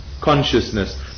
consciousness